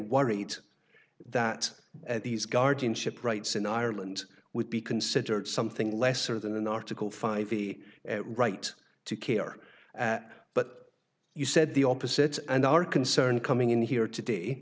worried that these guardianship rights in ireland would be considered something lesser than an article five the right to care at but you said the opposite and our concern coming in here today